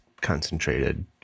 concentrated